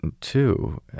two